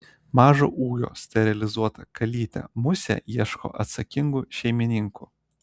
mažo ūgio sterilizuota kalytė musė ieško atsakingų šeimininkų